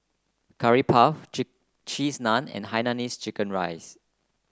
Curry Puff Cheese Naan and Hainanese Chicken Rice